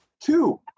Two